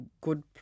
good